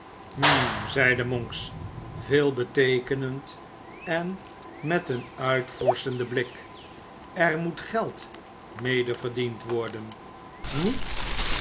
hm zeide monks veelbeteekenend en met een uitvorschende blik er moet geld mede verdiend worden niet